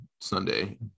Sunday